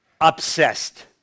obsessed